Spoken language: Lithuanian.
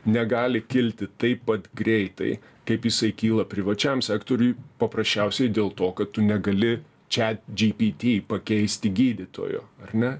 negali kilti taip pat greitai kaip jisai kyla privačiam sektoriui paprasčiausiai dėl to kad tu negali chatgpt pakeisti gydytojo ar ne